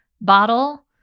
bottle